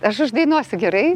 aš uždainuosiu gerai